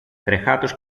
τρεχάτος